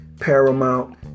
paramount